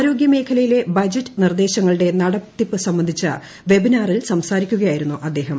ആരോഗ്യമേഖലയിലെ ബജറ്റ് നിർദ്ദേശങ്ങളുടെ നടത്തിപ്പ് സംബന്ധിച്ച വെബിനാറിൽ സംസാരിക്കുകയായിരുന്നു അദ്ദേഹം